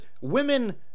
women